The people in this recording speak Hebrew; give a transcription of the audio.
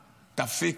תפסיקו.